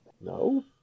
No